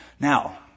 Now